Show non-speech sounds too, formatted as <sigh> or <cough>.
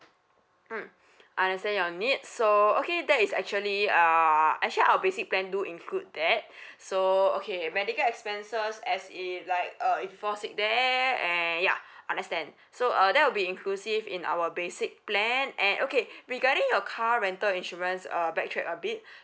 mm <breath> I understand your need so okay that is actually uh actually our basic plan do include that <breath> so okay medical expenses as in like uh if fall sick there and yeah understand so uh that will be inclusive in our basic plan and okay regarding your car rental insurance uh backtrack a bit